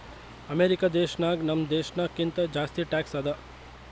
America ದೇಶನಾಗ್ ನಮ್ ದೇಶನಾಗ್ ಕಿಂತಾ ಜಾಸ್ತಿ ಟ್ಯಾಕ್ಸ್ ಅದಾ